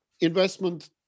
investment